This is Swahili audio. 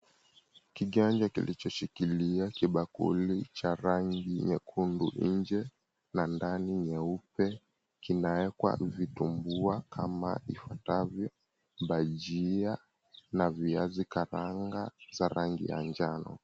Kiganja kilichoshikilia bakuli nyekundu nje na ndani nyeupe kina wekwa vitumbua kama vifuatavyo bhajia na viazi karanga za rangi ya njano.